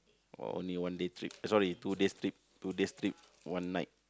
or only one day trip sorry two days trip two days trip one night